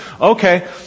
Okay